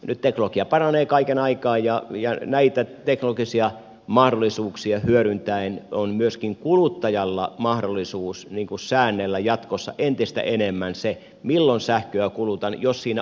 nyt teknologia paranee kaiken aikaa ja näitä teknologisia mahdollisuuksia hyödyntäen on myöskin kuluttajalla mahdollisuus säännellä jatkossa entistä enemmän sitä milloin sähköä kuluttaa